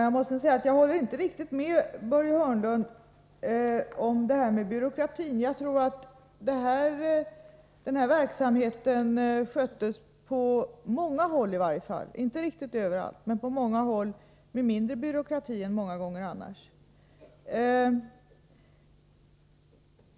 Herr talman! Jag håller inte riktigt med Börje Hörnlund om detta med byråkratin. Jag tror att den här verksamheten på många håll — inte riktigt överallt — sköttes med mindre byråkrati än vad som annars ofta är fallet.